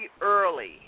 early